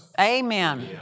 Amen